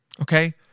Okay